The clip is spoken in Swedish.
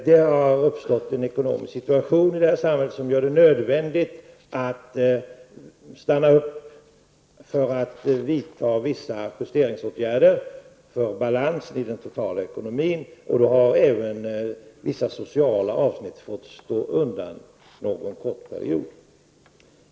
Det har uppstått en ekonomisk situation i detta samhälle som gör det nödvändigt att stanna upp och vidta vissa justeringsåtgärder för att uppnå balans i den totala ekonomin, och då har även vissa sociala frågor fått stå tillbaka under någon kort period.